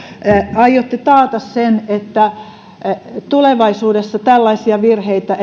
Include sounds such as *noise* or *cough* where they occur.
aiotte taata sen että tulevaisuudessa tällaisia virheitä *unintelligible*